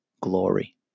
glory